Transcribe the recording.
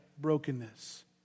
brokenness